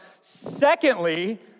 Secondly